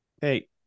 Hey